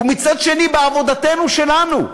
ומצד שני בעבודתנו שלנו,